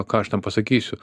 ką aš ten pasakysiu